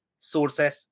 sources